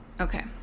Okay